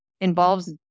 involves